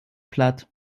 platt